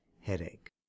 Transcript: headache